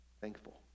thankful